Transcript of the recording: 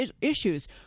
issues